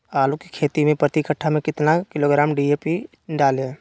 आलू की खेती मे प्रति कट्ठा में कितना किलोग्राम डी.ए.पी डाले?